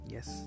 Yes